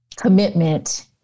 commitment